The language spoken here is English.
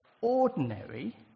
ordinary